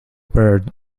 bird